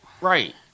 Right